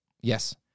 Yes